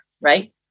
right